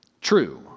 True